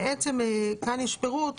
בעצם כאן יש פירוט,